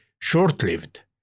short-lived